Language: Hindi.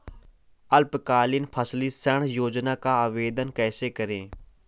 अल्पकालीन फसली ऋण योजना का आवेदन कैसे करें?